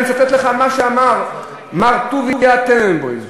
אני אצטט לך מה שאמר מר טוביה טננבאום.